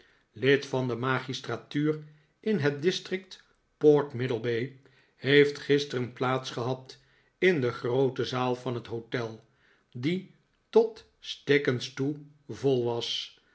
lid van de magistratuur in het district port middlebay heeft gisteren plaats gehad in de groote zaal van het hotel die tot stikkens toe vol